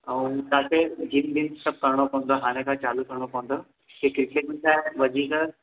अऊं तांखे जिम बिम सबि करणु पवंदव हाणे खां चालू करणु पवंदव क्रिकेट में त वधीक